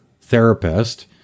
therapist